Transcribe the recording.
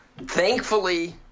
Thankfully